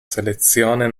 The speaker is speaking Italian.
selezione